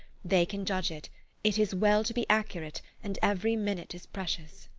they can judge it it is well to be accurate, and every minute is precious.